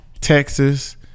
Texas